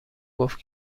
گفت